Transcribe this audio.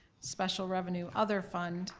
special revenue other fund,